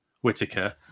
Whitaker